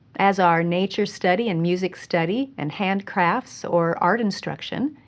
as are nature study, and music study, and handicrafts or art instruction.